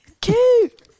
Cute